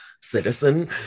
citizen